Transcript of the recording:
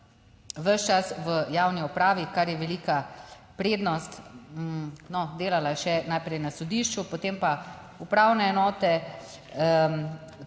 ves čas v javni upravi, kar je velika prednost. No, delala je še najprej na sodišču, potem pa upravne enote,